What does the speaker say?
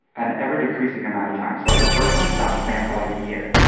an ever decreasing amount of time. so like the first ones stopped spam for like a year.